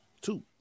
Two